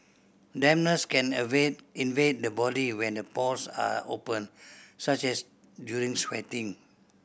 dampness can invade the body when the pores are open such as during sweating